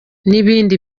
n’ibindi